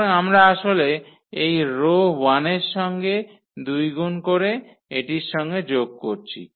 সুতরাং আমরা আসলে এই রো 1 এর সঙ্গে দুই গুন করে এটির সঙ্গে যোগ করছি